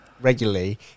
regularly